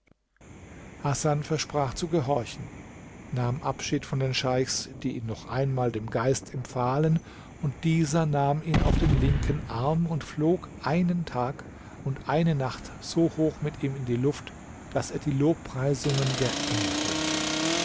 hasan versprach zu gehorchen nahm abschied von den scheichs die ihn noch einmal dem geist empfahlen und dieser nahm ihn auf den linken arm und flog einen tag und eine nacht so hoch mit ihm in die luft daß er die lobpreisungen der engel hörte